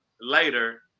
later